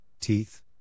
teeth